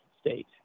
state